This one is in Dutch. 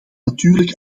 natuurlijk